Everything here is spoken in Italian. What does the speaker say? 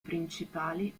principali